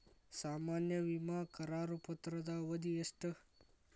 ಸಾಮಾನ್ಯ ವಿಮಾ ಕರಾರು ಪತ್ರದ ಅವಧಿ ಎಷ್ಟ?